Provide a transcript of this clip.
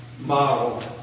model